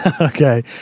okay